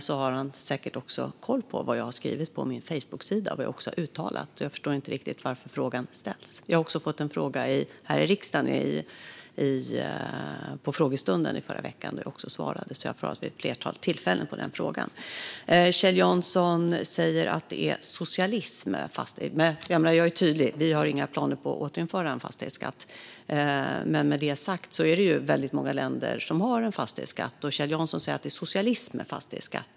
Då har han säkert också koll på vad jag har skrivit på min Facebooksida och vad jag har uttalat. Jag förstår inte riktigt varför frågan ställs. Jag svarade också på en fråga om detta här i riksdagen under frågestunden förra veckan. Jag har svarat vid ett flertal tillfällen på den frågan. Jag är tydlig. Vi har inga planer på att återinföra en fastighetsskatt. Det finns dock väldigt många länder som har fastighetsskatt. USA har ganska höga fastighetsskatter.